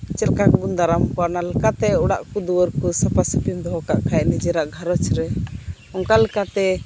ᱪᱮᱫᱞᱮᱠᱟ ᱠᱩᱵᱩᱱ ᱫᱟᱨᱟᱢ ᱠᱚᱣᱟ ᱚᱱᱟᱞᱮᱠᱟᱛᱮ ᱚᱲᱟᱜ ᱠᱩ ᱫᱩᱣᱟᱹᱨ ᱠᱩ ᱥᱟᱯᱷᱟ ᱥᱟᱹᱯᱷᱤᱢ ᱫᱚᱦᱚ ᱠᱟᱜᱠᱷᱟᱡ ᱱᱤᱡᱮᱨᱟᱜ ᱜᱷᱟᱨᱚᱧᱡᱨᱮ ᱚᱱᱠᱟ ᱞᱮᱠᱟᱛᱮ